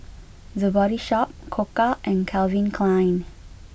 the Body Shop Koka and Calvin Klein